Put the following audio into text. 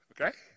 Okay